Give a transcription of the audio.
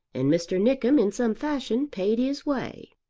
and mr. nickem in some fashion paid his way.